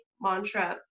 mantra